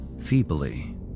feebly